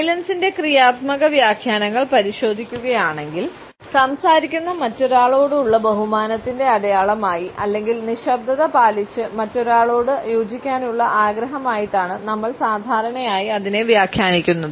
സൈലൻസിൻറെ ക്രിയാത്മക വ്യാഖ്യാനങ്ങൾ പരിശോധിക്കുകയാണെങ്കിൽ സംസാരിക്കുന്ന മറ്റൊരാളോടുള്ള ബഹുമാനത്തിന്റെ അടയാളമായി അല്ലെങ്കിൽ നിശബ്ദത പാലിച്ച് മറ്റൊരാളോട് യോജിക്കാനുള്ള ആഗ്രഹമായിട്ടാണ് നമ്മൾ സാധാരണയായി അതിനെ വ്യാഖ്യാനിക്കുന്നത്